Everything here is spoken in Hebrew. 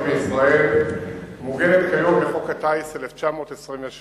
בישראל מעוגנת כיום בחוק הטיס מ-1927